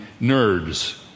nerds